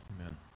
Amen